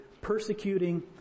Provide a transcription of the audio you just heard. persecuting